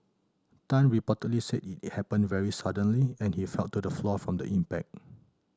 Tan reportedly said it happened very suddenly and he fell to the floor from the impact